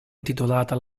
intitolata